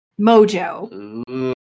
Mojo